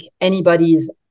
anybody's